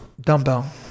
Dumbbell